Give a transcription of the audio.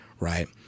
right